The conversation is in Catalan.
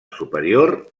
superior